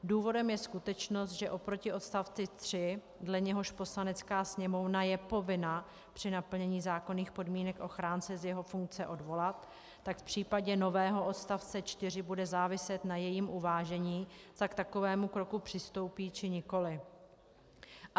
Důvodem je skutečnost, že oproti odstavci 3, dle něhož Poslanecká sněmovna je povinna při naplnění zákonných podmínek ochránce z jeho funkce odvolat, tak v případě nového odstavce 4 bude záviset na jejím uvážení, zda k takovému kroku přistoupí, či nikoliv.